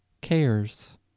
cares